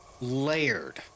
layered